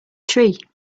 tree